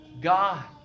God